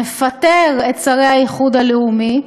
הוא מפטר את שרי האיחוד הלאומי.